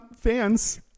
fans